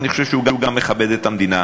אני חושב שהוא גם מכבד את המדינה,